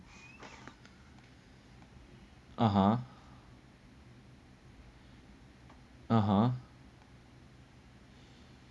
ah ah